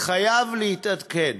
חייב להתעדכן.